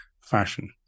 fashion